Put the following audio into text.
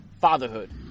fatherhood